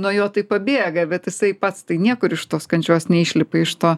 nuo jo tai pabėga bet jisai pats tai niekur iš tos kančios neišlipa iš to